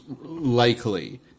likely